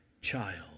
child